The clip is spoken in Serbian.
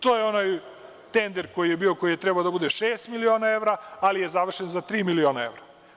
To je onaj tender koji je bio, koji je trebao da bude šest miliona evra, ali je završen za tri miliona evra.